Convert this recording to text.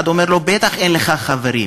אחד אומר לו: בטח אין לך חברים,